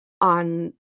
on